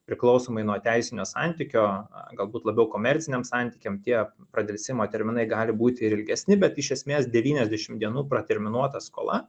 priklausomai nuo teisinio santykio galbūt labiau komerciniam santykiam tie pradelsimo terminai gali būti ir ilgesni bet iš esmės devyniasdešim dienų praterminuota skola